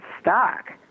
stuck